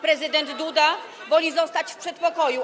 Prezydent Duda woli zostać w przedpokoju.